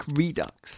redux